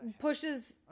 pushes